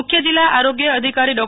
મુખ્ય જિલ્લા આરોગ્ય અધિકારી ડો